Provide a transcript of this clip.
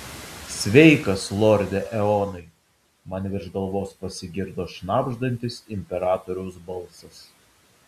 sveikas lorde eonai man virš galvos pasigirdo šnabždantis imperatoriaus balsas